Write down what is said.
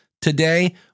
today